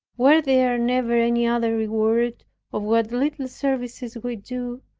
were there never any other reward of what little services we do,